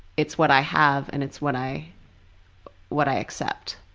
it's what i have and it's what i what i accept.